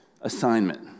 assignment